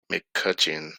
mccutcheon